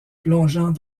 plongeant